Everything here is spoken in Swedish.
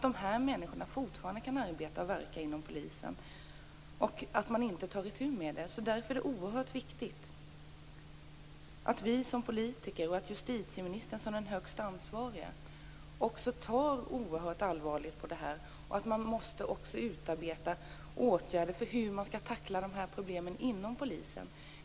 De här människorna kan fortfarande arbeta och verka inom polisen. Man tar inte itu med det här. Därför är det oerhört viktigt att vi som politiker, och justitieministern som den högst ansvariga, tar allvarligt på det här. Man måste också utarbeta åtgärder för hur man skall tackla de här problemen inom polisen.